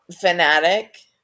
fanatic